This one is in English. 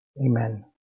amen